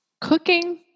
cooking